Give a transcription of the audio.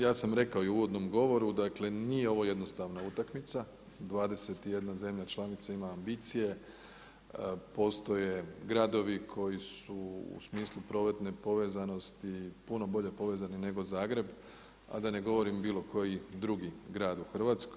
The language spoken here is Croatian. Ja sam rekao i u uvodnom govoru dakle nije ovo jednostavna utakmica, 21 zemlja članica ima ambicije, postoje gradovi koji su u smislu prometne povezanosti puno bolje povezani nego Zagreb a da ne govorim bilo koji drugi grad u Hrvatskoj.